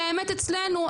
כי האמת אצלנו.